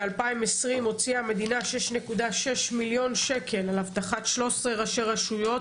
ב-2020 הוציאה המדינה 6.6 מיליון שקל על אבטחת 13 ראשי רשויות,